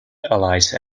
alice